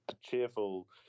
cheerful